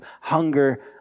hunger